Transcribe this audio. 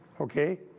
okay